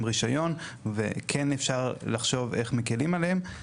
רישיון וכן אפשר לחשוב איך מקלים עליהם,